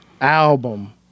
album